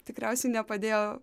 tikriausiai nepadėjo